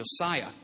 Josiah